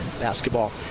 Basketball